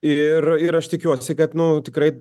ir ir aš tikiuosi kad nu tikrai